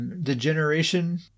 Degeneration